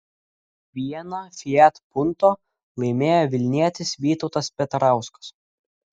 vieną fiat punto laimėjo vilnietis vytautas petrauskas